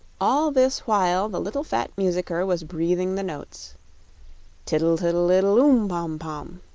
all this while the little fat musicker was breathing the notes tiddle-tiddle-iddle, oom, pom-pom,